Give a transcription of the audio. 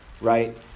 Right